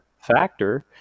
factor